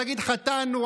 תגיד: חטאנו,